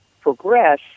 progress